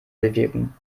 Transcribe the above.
bewirken